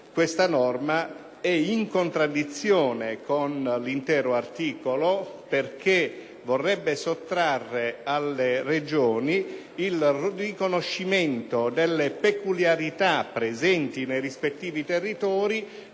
Tale norma è in contraddizione con l'intero articolo, perché vorrebbe sottrarre alle Regioni il riconoscimento delle peculiarità presenti nei rispettivi territori,